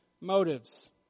motives